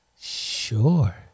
Sure